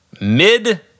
mid